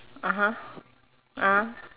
(uh huh) ah